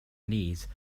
knees